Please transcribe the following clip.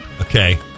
Okay